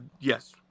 Yes